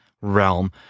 realm